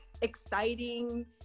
exciting